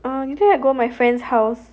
uh I go my friend's house